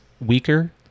weaker